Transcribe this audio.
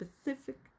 specific